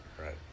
Right